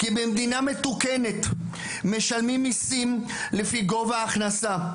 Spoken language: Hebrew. במדינה מתוקנת משלמים מיסים לפי גובה ההכנסה,